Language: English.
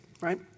right